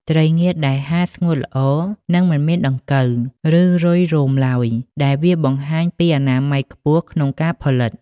ត្រីងៀតដែលហាលស្ងួតល្អនឹងមិនមានដង្កូវ ឬរុយរោមឡើយ ដែលវាបង្ហាញពីអនាម័យខ្ពស់ក្នុងការផលិត។